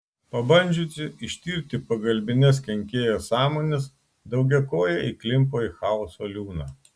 pabandžiusi ištirti pagalbines kenkėjo sąmones daugiakojė įklimpo į chaoso liūną